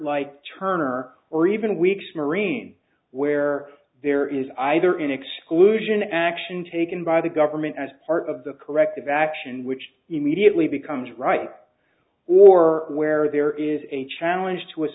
like turner or even weeks marine where there is either an exclusion action taken by the government as part of the corrective action which immediately becomes right or where there is a challenge to